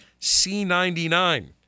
C99